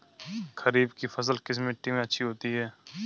खरीफ की फसल किस मिट्टी में अच्छी होती है?